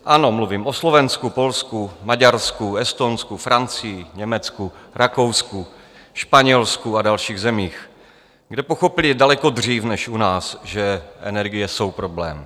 Ano, mluvím o Slovensku, Polsku, Maďarsku, Estonsku, Francii, Německu, Rakousku, Španělsku a dalších zemích, kde pochopili daleko dřív než u nás, že energie jsou problém.